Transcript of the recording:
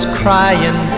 crying